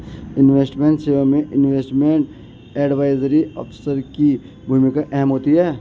investment सेवा में investment advisory officer की भूमिका अहम होती है